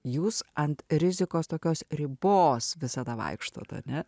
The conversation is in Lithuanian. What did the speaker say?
jūs ant rizikos tokios ribos visada vaikštote ane